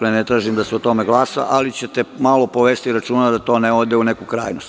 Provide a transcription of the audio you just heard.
Ne tražim da se o tome glasa, ali ćete malo povesti računa da to ne ode u neku krajnost.